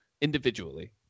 individually